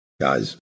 guys